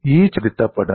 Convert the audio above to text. ഈ ചരിവും പൊരുത്തപ്പെടണം